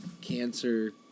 cancer